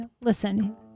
listen